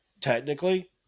Technically